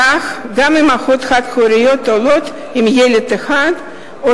כך גם אמהות חד-הוריות עולות עם ילד אחד או